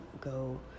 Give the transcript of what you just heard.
go